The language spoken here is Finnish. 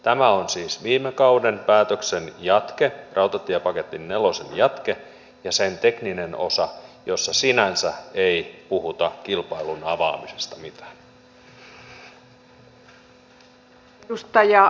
tämä on siis viime kauden päätöksen jatke rautatiepaketti nelosen jatke ja sen tekninen osa jossa sinänsä ei puhuta kilpailun avaamisesta mitään